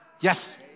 Yes